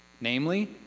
namely